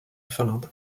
finlande